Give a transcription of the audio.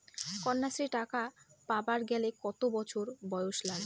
কন্যাশ্রী টাকা পাবার গেলে কতো বছর বয়স লাগে?